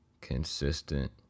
consistent